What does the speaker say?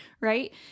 Right